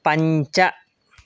पञ्च